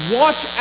watch